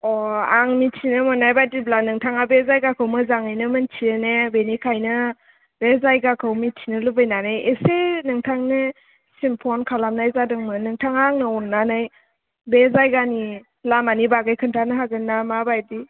अ' आं मिथिनो मोननाय बादिब्ला नोंथाङा बे जायगाखौ मोजाङैनो मिथियोने बिनिखायनो बे जायगाखौ मिथिनो लुबैनानै एसे नोंथांनिसिम फन खालामनाय जादोंमोन नोंथाङा आंनो अननानै बे जायगानि लामानि बागै खोन्थायो हागोन ना मा बायदि